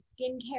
skincare